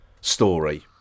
story